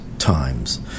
times